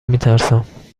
میترسم